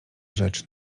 rzecz